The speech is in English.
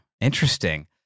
interesting